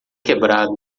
quebrado